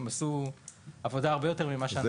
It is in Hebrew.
הם עשו עבודה הרבה יותר ממה שאנחנו יודעים לעשות.